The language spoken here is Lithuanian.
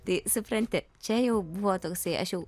tai supranti čia jau buvo toksai aš jau